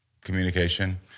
Communication